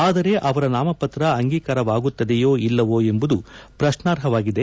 ಆದರೆ ಅವರ ನಾಮಪತ್ರ ಅಂಗೀಕಾರವಾಗುತ್ತದೆಯೋ ಇಲ್ಲವೋ ಎಂಬುದು ಪ್ರಶ್ನಾರ್ಹವಾಗಿದೆ